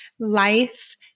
Life